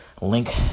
Link